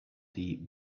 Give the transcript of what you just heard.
the